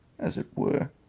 as it were,